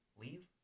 leave